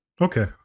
Okay